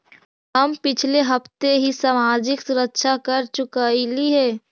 हम पिछले हफ्ते ही सामाजिक सुरक्षा कर चुकइली हे